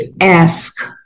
ask